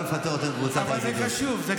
הוא מוכן לכול, אבל לא לפטר אותו מקבוצת הידידות.